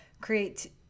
create